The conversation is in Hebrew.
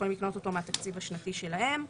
יכולים לקנות אותו מהתקציב השנתי שלהם.